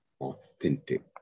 authentic